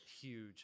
huge